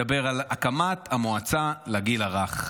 מדבר על הקמת המועצה לגיל הרך.